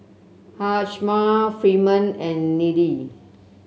Hjalmar Freeman and Nelie